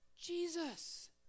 Jesus